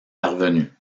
parvenu